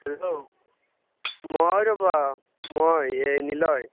hello মই ৰ'ব মই এই নিলয়